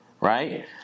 right